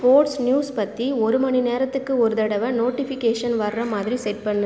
sports news பற்றி ஒரு மணி நேரத்துக்கு ஒரு தடவை நோட்டிஃபிகேஷன் வரற மாதிரி செட் பண்ணு